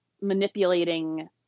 manipulating